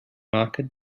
market